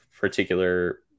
particular